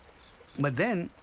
but then,